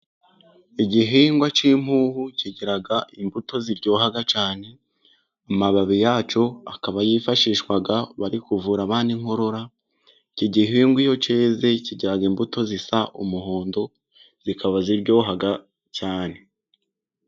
Igihingwa cy'impuhu kigira imbuto ziryoha cyane. Amababi yacyo akaba yifashishwa bari kuvura abana inkorora. Iki gihingwa iyo cyeze kigira imbuto zisa n'umuhondo, zikaba ziryoha cyane.